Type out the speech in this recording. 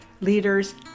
leaders